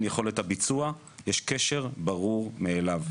יכולת הביצוע יש קשר ברור מאליו.